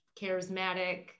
charismatic